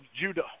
Judah